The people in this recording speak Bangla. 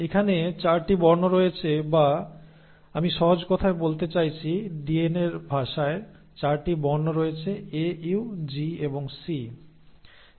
এখানে 4 টি বর্ণ রয়েছে বা আমি সহজকথায় বলতে চাইছি ডিএনএর ভাষায় 4 টি বর্ণ রয়েছে A U G এবং C